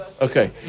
okay